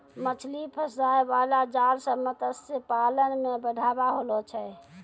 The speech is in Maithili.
मछली फसाय बाला जाल से मतस्य पालन मे बढ़ाबा होलो छै